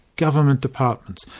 government departments,